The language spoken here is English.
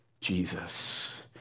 Jesus